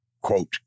quote